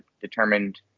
determined